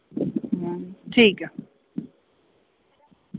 ठीक ऐ